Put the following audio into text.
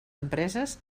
empreses